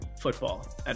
football